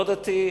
יהודי לא דתי,